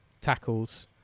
tackles